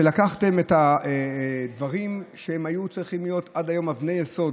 שלקחתם את הדברים שהיו עד היום אבני יסוד,